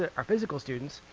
ah our physical students,